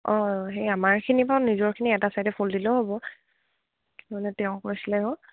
অঁ সেই আমাৰখিনি বাাৰু নিজৰখিনি এটা ছাইডে ফুল দিলেও হ'ব কিানে তেওঁ কৈছিলে হ